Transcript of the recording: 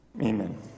Amen